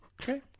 Okay